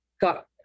got